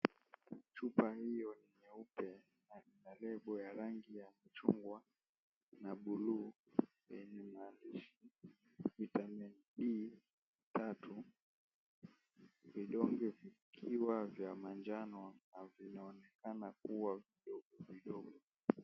Chupa hiyo ni nyeupe, na ina lebo ya rangi ya chungwa na buluu, yenye maandishi Vitamin D-3. Vidonge vikiwa vya manjano na vinaonekana kuwa vidogo.